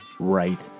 right